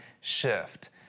shift